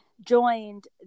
joined